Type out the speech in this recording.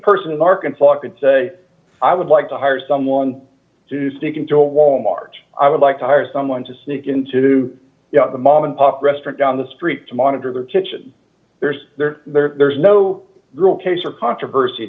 person in arkansas could say i would like to hire someone to sneak into a wal mart d i would like to hire someone to sneak into the mom and pop restaurant down the street to monitor their kitchen there's there's no girl case or controversy